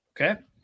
Okay